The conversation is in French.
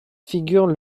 figure